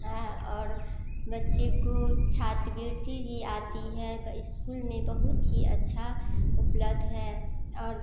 है और बच्चे को छात्रवृत्ति भी आती है स्कूल में बहुत ही अच्छा उपलब्ध है